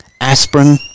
aspirin